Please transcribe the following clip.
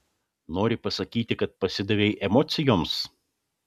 nori pasakyti kad pasidavei emocijoms